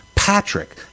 Patrick